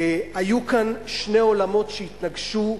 היו כאן שני עולמות שהתנגשו,